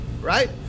right